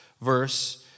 verse